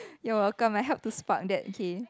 you are welcome I help to spark that K